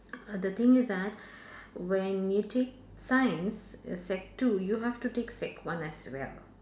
the thing is that when you take science sec two you have to take sec one as well